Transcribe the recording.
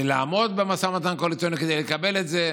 ולעמוד במשא ומתן קואליציוני לקבל את זה,